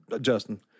Justin